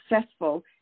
successful